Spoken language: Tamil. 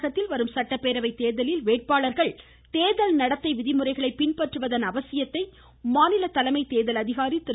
தமிழகத்தில் வரும் சட்டப்பேரவை தேர்தலில் வேட்பாளர்கள் தேர்தல் நடத்தை விதிமுறைகளை பின்பற்றுவதன் அவசியத்தை மாநில தலைமை தோதல் அதிகாரி திரு